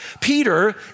Peter